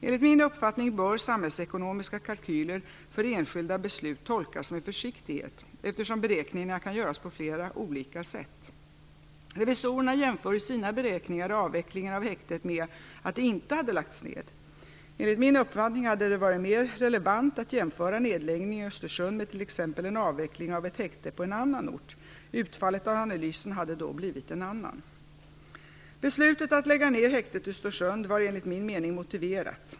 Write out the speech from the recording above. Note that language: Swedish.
Enligt min uppfattning bör samhällsekonomiska kalkyler för enskilda beslut tolkas med försiktighet, eftersom beräkningarna kan göras på flera olika sätt. Revisorerna jämför i sina beräkningar avvecklingen av häktet med att det inte hade lagts ned. Enligt min uppfattning hade det varit mer relevant att jämföra nedläggningen i Östersund med t.ex. en avveckling av ett häkte på en annan ort. Utfallet av analysen hade då blivit en annan. Beslutet att lägga ned häktet i Östersund var enligt min mening motiverat.